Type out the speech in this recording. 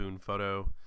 Photo